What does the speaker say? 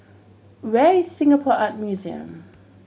where is Singapore Art Museum